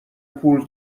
پول